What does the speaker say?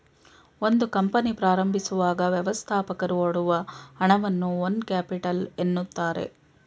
ಒಂದು ಕಂಪನಿ ಪ್ರಾರಂಭಿಸುವಾಗ ವ್ಯವಸ್ಥಾಪಕರು ಹೊಡುವ ಹಣವನ್ನ ಓನ್ ಕ್ಯಾಪಿಟಲ್ ಎನ್ನುತ್ತಾರೆ